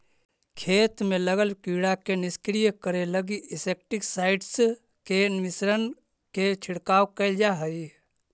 खेत में लगल कीड़ा के निष्क्रिय करे लगी इंसेक्टिसाइट्स् के मिश्रण के छिड़काव कैल जा हई